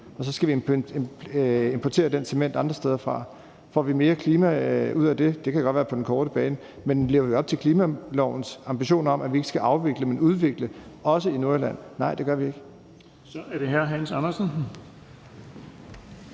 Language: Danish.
og så skal vi importere den cement andre steder fra. Får vi mere i forhold til klimaet ud af det? Det kan godt være på den korte bane, men lever vi op til klimalovens ambition om, at vi ikke skal afvikle, men udvikle, også i Nordjylland? Nej, det gør vi ikke. Kl. 11:53 Den fg. formand